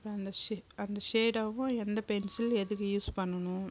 அப்புறம் அந்த ஷேட் அந்த ஷேடோவ்வும் எந்த பென்சிலும் எதுக்கு யூஸ் பண்ணணும்